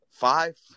Five